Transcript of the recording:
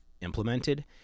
implemented